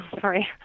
sorry